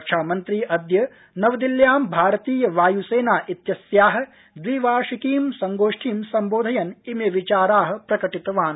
रक्षामन्त्री अद्य नवदिल्ल्यां भारतीय वायु सेना इत्यस्या द्विवार्षिकी संगोष्ठी सम्बोधयन् इमे विचारा प्रकटितवान्